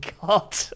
god